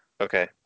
Okay